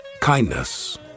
kindness